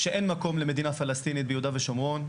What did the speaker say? שאין מקום מדינה פלסטינית ביהודה ושומרון.